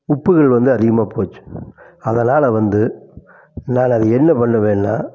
உப்புகள் வந்து அதிகமாக போச்சு அதனால் வந்து நான் அது என்ன பண்ணுவேன்னா